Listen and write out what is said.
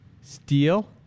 steel